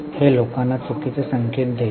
हे लोकांना चुकीचे संकेत देईल